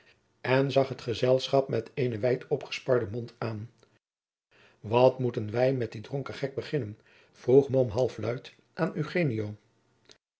en zag het gezelschap met eenen wijdopgesparden mond aan wat moeten wij met dien dronken gek beginnen vroeg mom halfluid aan